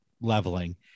leveling